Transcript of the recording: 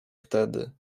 wtedy